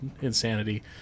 insanity